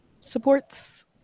supports